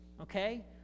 okay